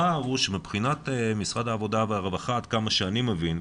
הפער הוא שמבחינת משרד העבודה והרווחה עד כמה שאני מבין,